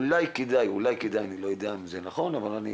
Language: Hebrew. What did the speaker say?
אולי כדאי, אני לא יודע אם זה נכון, אבל אני